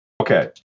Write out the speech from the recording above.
Okay